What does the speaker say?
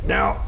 Now